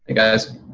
guys.